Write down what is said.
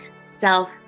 self